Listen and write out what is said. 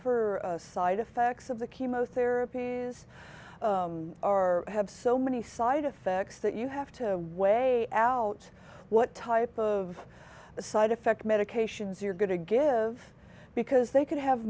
for side effects of the chemotherapy is are have so many side effects that you have to weigh out what type of side effect medications you're going to give because they can have